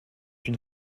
une